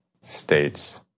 states